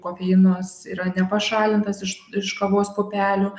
kofeinas yra nepašalintas iš iš kavos pupelių